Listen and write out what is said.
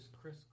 Chris